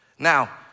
Now